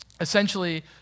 essentially